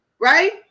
right